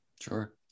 sure